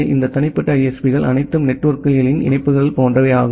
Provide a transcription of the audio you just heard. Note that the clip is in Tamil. எனவே இந்த தனிப்பட்ட ISP கள் அனைத்தும் நெட்வொர்க்குகளின் இணைப்புகள் போன்றவை